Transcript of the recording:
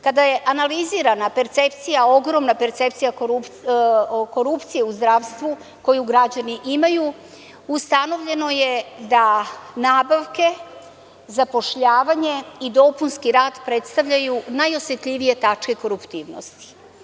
Kada je analizirana percepcija, ogromna percepcija korupcije u zdravstvu koju građani imaju, ustanovljeno je da nabavke, zapošljavanje i dopunski rad predstavljaju najosetljivije tačke koruptivnosti.